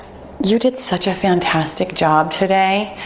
you did such a fantastic job today.